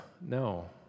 No